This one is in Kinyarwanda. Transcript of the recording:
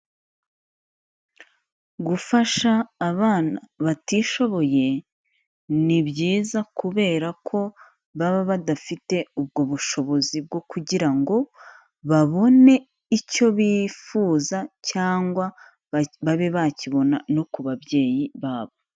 Gufasha abana batishoboye ni byiza kubera ko baba badafite ubwo bushobozi bwo kugira ngo babone icyo bifuza cyangwa babe bakibona no ku babyeyi babo.